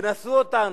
תנסו אותנו.